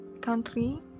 country